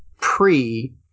pre